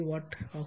5 watt